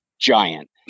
giant